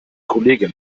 kollegin